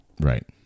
Right